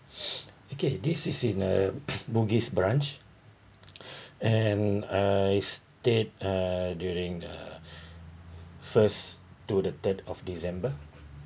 okay this is in a bugis branch and I stay uh during the first to the third of december